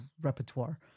repertoire